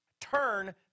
Turn